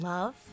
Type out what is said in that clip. Love